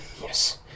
Yes